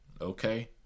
Okay